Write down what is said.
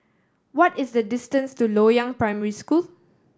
what is the distance to Loyang Primary School